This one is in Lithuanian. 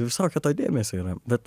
visokio to dėmesio yra bet